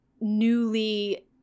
newly